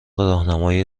راهنمایی